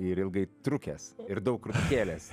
ir ilgai trukęs ir daug rūpėjęs